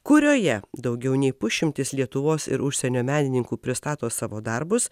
kurioje daugiau nei pusšimtis lietuvos ir užsienio menininkų pristato savo darbus